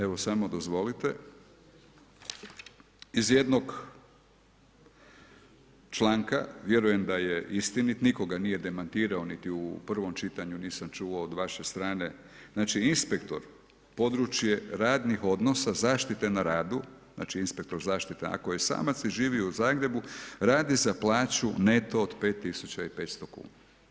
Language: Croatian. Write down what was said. Evo, samo dozvolite, iz jednog članka, vjerujem da je istinit, nitko ga nije demantirao niti u prvom čitanju nisam čuo od vaše strane, znači inspektor, područje radnih odnosa zaštite na radu, znači inspektor zaštite, ako je samac i živi u Zagrebu radi za plaću neto od 5500 kuna.